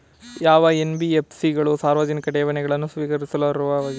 ಯಾವ ಎನ್.ಬಿ.ಎಫ್.ಸಿ ಗಳು ಸಾರ್ವಜನಿಕ ಠೇವಣಿಗಳನ್ನು ಸ್ವೀಕರಿಸಲು ಅರ್ಹವಾಗಿವೆ?